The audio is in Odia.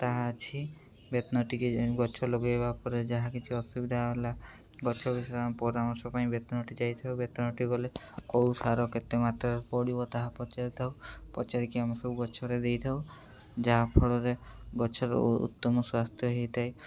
ତାହା ଅଛି ବେତନଟିକେ ଗଛ ଲଗାଇବା ପରେ ଯାହା କିଛି ଅସୁବିଧା ହେଲା ଗଛ ପରାମର୍ଶ ପାଇଁ ବେତନଟି ଯାଇଥାଉ ବେତନଟି ଗଲେ କେଉଁ ସାର କେତେ ମାତ୍ରାରେ ପଡ଼ିବ ତାହା ପଚାରି ଥାଉ ପଚାରିକି ଆମେ ସବୁ ଗଛରେ ଦେଇ ଥାଉ ଯାହାଫଳରେ ଗଛର ଉତ୍ତମ ସ୍ୱାସ୍ଥ୍ୟ ହେଇଥାଏ